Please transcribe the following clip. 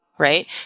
Right